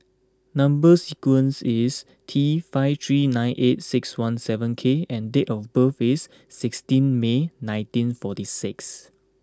number sequence is T five three nine eight six one seven K and date of birth is sixteen May nineteen forty six